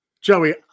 joey